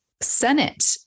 Senate